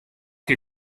che